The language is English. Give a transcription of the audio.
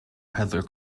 peddler